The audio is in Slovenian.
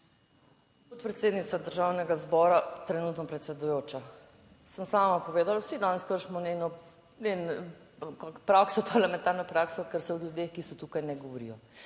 Podpredsednica Državnega zbora, trenutno predsedujoča. Sem sama povedala, vsi danes kršimo njeno prakso, parlamentarno prakso, ker se o ljudeh, ki so tukaj, ne govorijo.